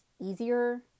easier